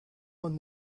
won